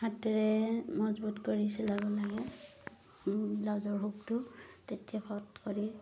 হাতেৰে মজবুত কৰি চিলাব লাগে ব্লাউজৰ হুকটো তেতিয়া ফটকৰি